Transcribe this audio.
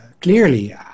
clearly